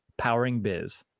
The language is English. poweringbiz